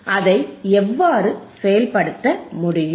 அதை எவ்வாறு செயல்படுத்த முடியும்